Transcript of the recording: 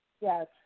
yes